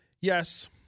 Yes